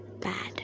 bad